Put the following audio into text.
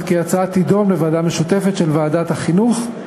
כי ההצעה תידון בוועדה משותפת של ועדת החינוך,